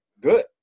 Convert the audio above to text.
good